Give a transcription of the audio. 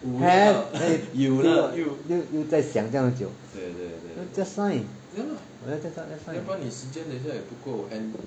have 又又又在想这样久 just sign just sign